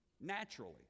Naturally